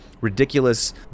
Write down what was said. ridiculous